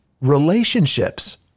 relationships